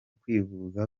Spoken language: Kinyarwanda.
kwivuza